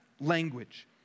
language